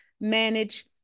manage